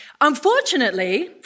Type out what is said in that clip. Unfortunately